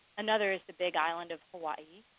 another is the big island of hawaii,